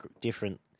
different